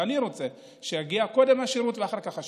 ואני רוצה שיגיע קודם השירות ואחר כך השיטור.